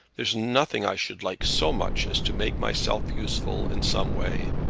there's nothing i should like so much as to make myself useful in some way.